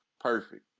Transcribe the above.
perfect